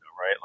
right